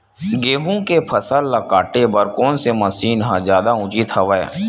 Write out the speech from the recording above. गेहूं के फसल ल काटे बर कोन से मशीन ह जादा उचित हवय?